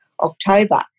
October